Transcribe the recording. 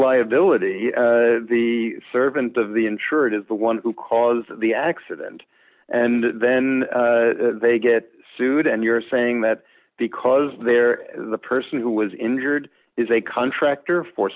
liability the servant of the insured is the one who caused the accident and then they get sued and you're saying that because they're the person who was injured is a contractor for